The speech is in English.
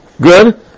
good